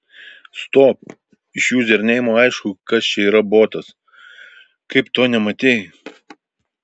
stop iš juzerneimo aišku kad čia yra botas kaip to nematei